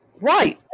Right